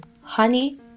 Honey